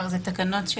לא